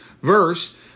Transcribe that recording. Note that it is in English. verse